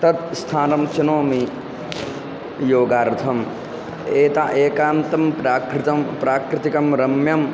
तत् स्थानं चिनोमि योगार्थम् अत्र एकान्तं प्राकृतं प्राकृतिकं रम्यम्